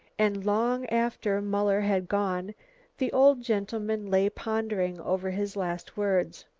and long after muller had gone the old gentleman lay pondering over his last words.